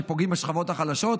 שפוגעים בשכבות החלשות?